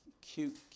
Cute